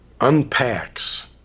unpacks